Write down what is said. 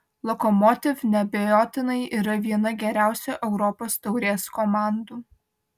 lokomotiv neabejotinai yra viena geriausių europos taurės komandų